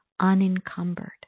unencumbered